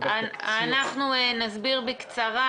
אנחנו נסביר בקצרה,